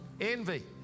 envy